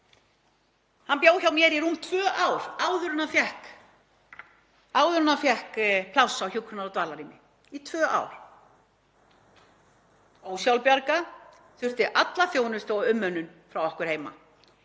Hann bjó hjá mér í rúm tvö ár áður en hann fékk pláss á hjúkrunar- og dvalarrými, ósjálfbjarga, þurfti alla þjónustu og umönnun frá okkur heima.